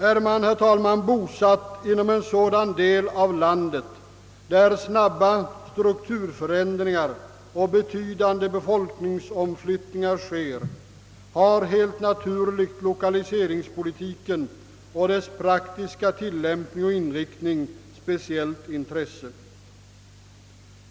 Är man, herr talman, bosatt inom en sådan del av landet där snabba strukturförändringar och betydande befolkningsomflyttningar äger rum har helt naturligt lokaliseringspolitiken och dess praktiska tillämpning och inriktning speciellt intresse.